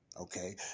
Okay